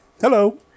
Hello